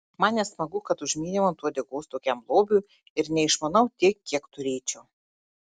man nesmagu kad užmyniau ant uodegos tokiam lobiui ir neišmanau tiek kiek turėčiau